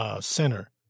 center